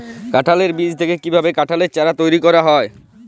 কাঁঠালের বীজ থেকে কীভাবে কাঁঠালের চারা তৈরি করা হয়?